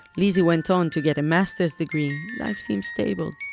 lizzie went on to get a masters degree life seemed stable.